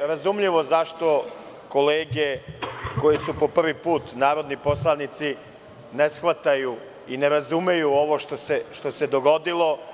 razumljivo mi je zašto kolege koje su po prvi put narodni poslanici ne shvataju i ne razumeju ovo što se dogodilo.